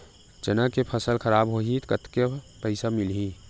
चना के फसल खराब होही कतेकन पईसा मिलही?